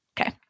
Okay